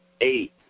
Eight